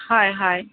হয় হয়